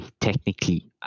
Technically